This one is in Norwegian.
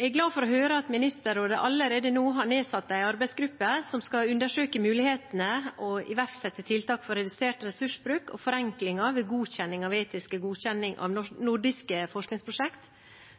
Jeg er glad for å høre at Ministerrådet allerede nå har nedsatt en arbeidsgruppe som skal undersøke mulighetene og iverksette tiltak for redusert ressursbruk og forenklinger ved etisk godkjenning av nordiske forskningsprosjekter,